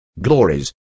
glories